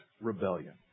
rebellion